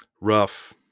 Rough